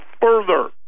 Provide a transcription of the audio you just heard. further